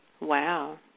Wow